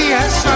Yes